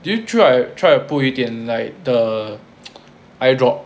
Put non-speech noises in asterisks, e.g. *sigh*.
do you try try and put 一点 like the *noise* eye drop